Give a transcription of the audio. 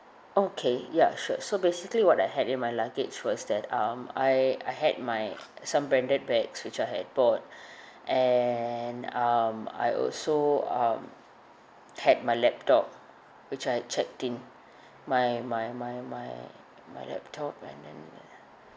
okay ya sure so basically what I had in my luggage was that um I I had my some branded bags which I had bought and um I also um had my laptop which I checked in my my my my my laptop and then uh